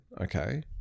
okay